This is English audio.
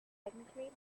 technically